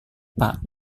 pak